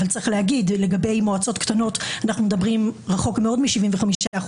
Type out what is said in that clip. אבל צריך להגיד לגבי מועצות קטנות שאנחנו מדברים רחוק מאוד מ-75%,